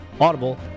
Audible